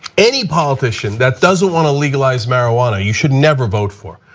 any politician that doesn't want to legalize marijuana, you should never vote for.